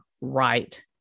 right